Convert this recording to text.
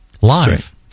live